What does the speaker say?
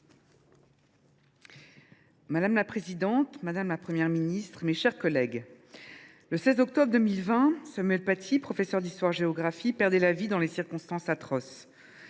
Madame la présidente, madame la Première ministre, mes chers collègues, le 16 octobre 2020, Samuel Paty, professeur d’histoire géographie, perdait la vie dans des circonstances atroces.